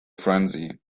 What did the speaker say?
frenzy